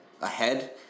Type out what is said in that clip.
ahead